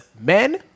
men